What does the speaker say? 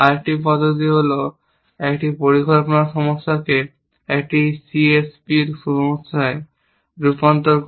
আরেকটি পদ্ধতি ছিল একটি পরিকল্পনা সমস্যাকে একটি CSP সমস্যায় রূপান্তর করা